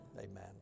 Amen